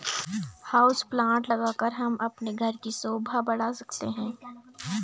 house plant लगाकर हम अपने घर की शोभा बढ़ा सकते हैं